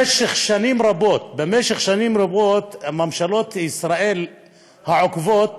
שבמשך שנים רבות ממשלות ישראל העוקבות